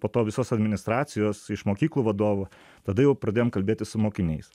po to visos administracijos iš mokyklų vadovų tada jau pradėjom kalbėtis su mokiniais